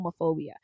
homophobia